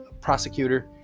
prosecutor